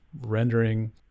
rendering